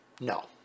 No